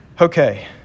Okay